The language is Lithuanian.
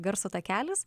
garso takelis